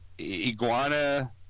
iguana